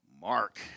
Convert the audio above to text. Mark